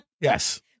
Yes